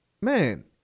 man